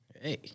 hey